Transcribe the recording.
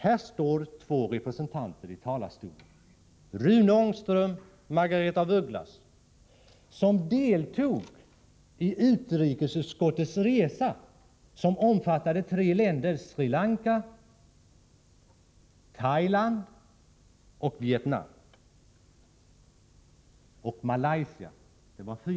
Här står två representanter i talarstolen, Rune Ångström och Margaretha af Ugglas, som deltog i utrikesutskottets resa, vilken omfattade besök i fyra länder: Sri Lanka, Thailand, Vietnam och Malaysia.